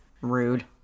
Rude